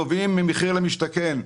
נובעות ממחיר למשתכן,